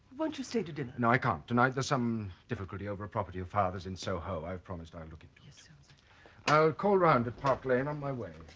won't you stay to dinner? no i can't tonight there's some difficulty over a property of father's in soho. i've promised i'll look into i'll call round at park lane on my way